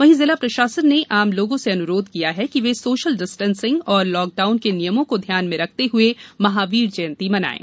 वहीं जिला प्रशासन ने आम लोगों से अनुरोध किया है कि वे सोशल डिस्टेसिंग और लाकडाउन के नियमों को ध्यान में रखते हए महावीर जयंती मनाये